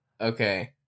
Okay